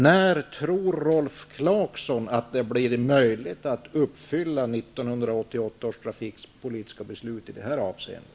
När tror Rolf Clarkson att det blir möjligt att uppfylla 1988 års trafikpolitiska beslut i det här avseendet?